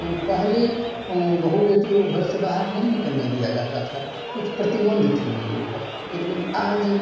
तो पहले बहू बेटियों को घर से बाहर नहीं निकलने दिया जाता था कुछ प्रतिबंध थे उनके ऊपर लेकिन आज